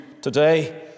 today